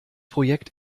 projekt